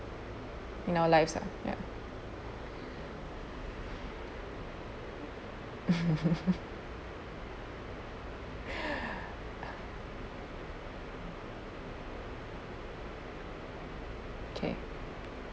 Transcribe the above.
no life lah ya okay